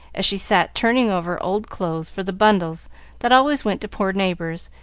as she sat turning over old clothes for the bundles that always went to poor neighbors,